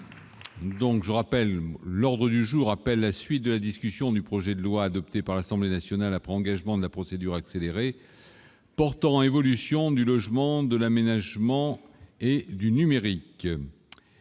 tant d'estime. L'ordre du jour appelle la suite de la discussion du projet de loi, adopté par l'Assemblée nationale après engagement de la procédure accélérée, portant évolution du logement, de l'aménagement et du numérique